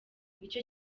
nicyo